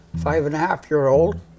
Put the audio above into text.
five-and-a-half-year-old